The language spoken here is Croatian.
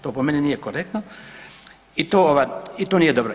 To po meni nije korektno i to nije dobro.